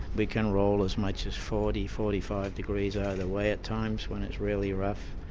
we can roll as much as forty, forty five degrees either way at times when it's really rough.